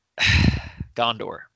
Gondor